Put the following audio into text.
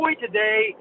today